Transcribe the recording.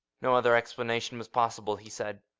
no other explanation was possible, he said.